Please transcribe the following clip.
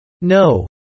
No